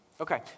Okay